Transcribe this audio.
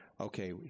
okay